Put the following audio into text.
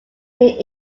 may